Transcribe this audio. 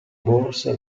borsa